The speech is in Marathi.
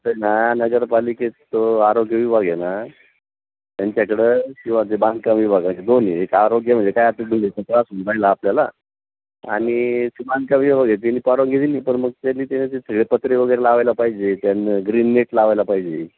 ते ना नगरपालिकेत तो आरोग्य विभाग आहे ना त्यांच्याकडं किंवा जे बांधकाम विभागाचे दोन हे आरोग्य म्हणजे काय त्रास होऊन राहिला आपल्याला आणि ते बांधकाम विभाग आहे त्यांनी परवानगी दिली पण मग त्यांनी सगळे पत्रे वगैरे लावायला पाहिजे त्या ग्रीन नेट लावायला पाहिजे